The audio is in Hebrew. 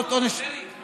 לא, צמצמנו עכשיו.